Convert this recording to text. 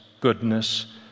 goodness